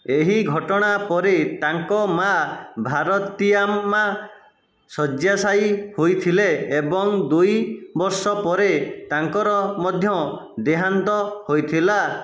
ଏହି ଘଟଣା ପରେ ତାଙ୍କ ମାଆ ଭାରତୀ ଆମ୍ମା ଶଯ୍ୟାଶାୟୀ ହୋଇଥିଲେ ଏବଂ ଦୁଇ ବର୍ଷ ପରେ ତାଙ୍କର ମଧ୍ୟ ଦେହାନ୍ତ ହୋଇଥିଲା